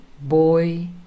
Boy